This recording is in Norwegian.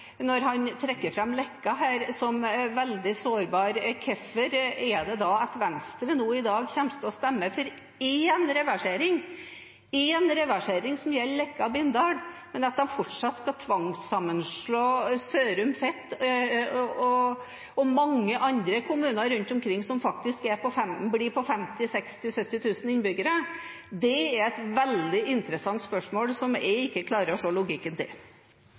når han trekker fram Leka her som veldig sårbar: Hvorfor kommer Venstre nå i dag til å stemme for én reversering, som gjelder Leka–Bindal, mens de fortsatt skal tvangssammenslå Sørum–Fet – og mange andre kommuner rundt omkring, som faktisk blir på 50 000, 60 000, 70 000 innbyggere? Det er et veldig interessant spørsmål som jeg ikke klarer å se logikken